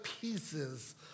pieces